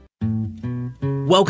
Welcome